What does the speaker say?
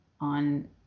on